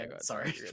sorry